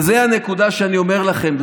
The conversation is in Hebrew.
זו הנקודה שאני אומר לכם.